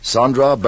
Sandra